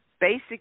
basic